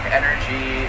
energy